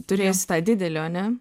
turėsi tą didelį ane